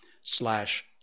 slash